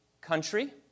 country